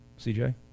CJ